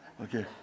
Okay